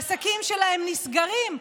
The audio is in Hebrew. העסקים שלהם נסגרים,